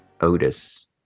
Otis